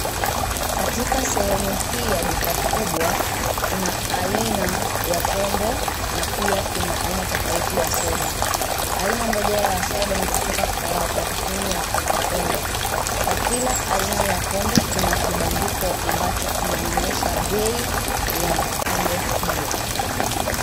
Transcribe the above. Katika sehemu hii ya duka kubwa, kuna aina ya pombe, na pia kuna aina tofauti ya soda, aina moja ya soda ni kutoka kwa kampuni ya Coca Cola. Kwa kila aina ya pombe kuna kibandiko ambacho kinaonyesha bei ya pombe hiyo.